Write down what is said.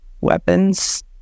weapons